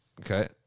Okay